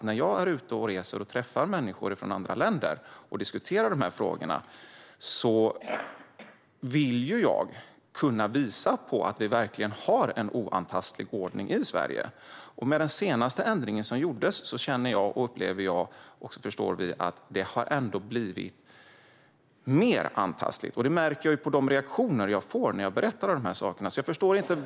När jag är ute och reser och träffar människor från andra länder och diskuterar dessa frågor vill jag kunna visa att vi verkligen har en oantastlig ordning i Sverige. Men med den senaste ändringen som gjordes upplever jag att det har blivit mer antastligt. Detta märker jag på de reaktioner jag får när jag berättar om dessa saker. Jag förstår inte.